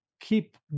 keep